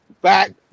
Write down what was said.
back